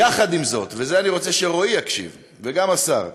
עם זאת, ולזה אני רוצה שרועי יקשיב, וגם השר: